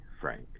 Frank